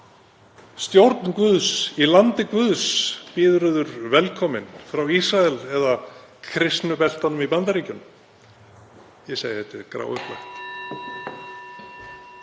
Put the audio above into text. Stjórn guðs í landi guðs býður yður velkomin frá Ísrael eða kristnu beltunum í Bandaríkjunum? Ég segi að þetta sé gráupplagt.